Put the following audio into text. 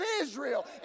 Israel